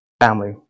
family